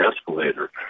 escalator